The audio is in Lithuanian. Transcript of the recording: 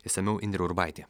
išsamiau indrė urbaitė